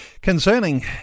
Concerning